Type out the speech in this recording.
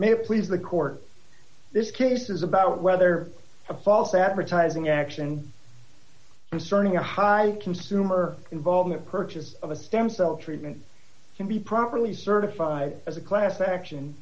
may please the court this case is about whether a false advertising action concerning a high end consumer involvement purchase of a stem cell treatment can be properly certified as a class action